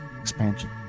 expansion